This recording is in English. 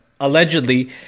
allegedly